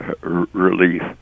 relief